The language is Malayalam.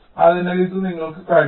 അതിനാൽ ഇത് നിങ്ങൾക്ക് കഴിയും